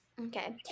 Okay